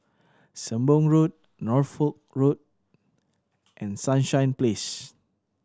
Sembong Road Norfolk Road and Sunshine Place